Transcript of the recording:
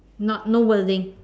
not no wording